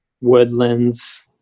woodlands